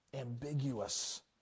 ambiguous